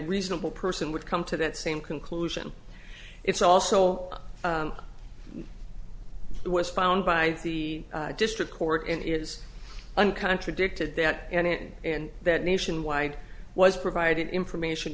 reasonable person would come to that same conclusion it's also the west found by the district court and is an contradicted that and it and that nationwide was provided information